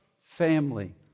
family